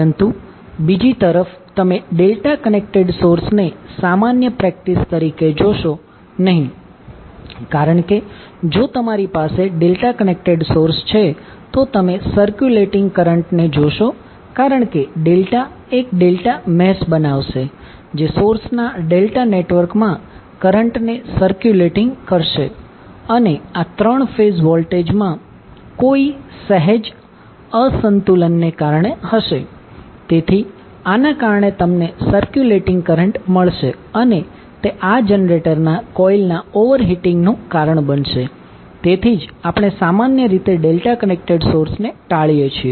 પરંતુ બીજી તરફ તમે ડેલ્ટા કનેક્ટેડ સોર્સને સામાન્ય પ્રેક્ટીસ તરીકે જોશો નહીં કારણ કે જો તમારી પાસે ડેલ્ટા કનેક્ટેડ સોર્સ છે તો તમે સરક્યુલેટીંગ કરંટને જોશો કારણ કે ડેલ્ટા એક ડેલ્ટા મેશ બનાવશે જે સોર્સના ડેલ્ટા નેટવર્કમાં કરંટને સરક્યુલેટીંગ કરશે અને આ 3 ફેઝ વોલ્ટેજમાં કોઈ સહેજ અસંતુલનને કારણે હશે તેથી આના કારણે તમને સરક્યુલેટીંગ કરંટ મળશે અને તે આ જનરેટર ના કોઇલ ના ઓવરહિટિંગ નું કારણ બનશે તેથી જ આપણે સામાન્ય રીતે ડેલ્ટા કનેક્ટેડ સોર્સ ને ટાળીએ છીએ